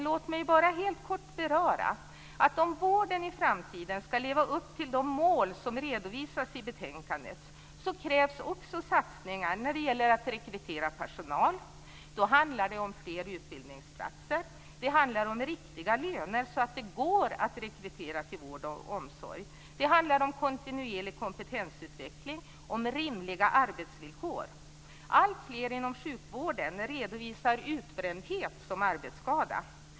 Låt mig bara helt kort påpeka att om vården i framtiden skall kunna leva upp till de mål som redovisas i betänkandet krävs också satsningar när det gäller att rekrytera personal. Då handlar det om fler utbildningsplatser. Det handlar om riktiga löner så att det går att rekrytera till vård och omsorg. Det handlar om kontinuerlig kompetensutveckling och rimliga arbetsvillkor. Alltfler inom sjukvården redovisar utbrändhet som arbetsskada.